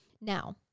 Now